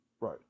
Right